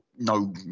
No